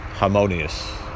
harmonious